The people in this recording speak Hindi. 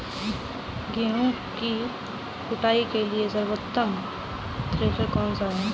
गेहूँ की कुटाई के लिए सर्वोत्तम थ्रेसर कौनसा है?